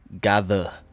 gather